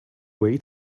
way